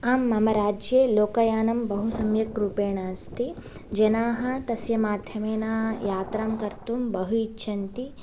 आम् मम राज्ये लोकयानं बहुसम्यक्रूपेण अस्ति जनाः तस्य माध्यमेन यात्रां कर्तुं बहु इच्छन्ति